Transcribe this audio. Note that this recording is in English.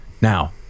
Now